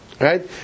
Right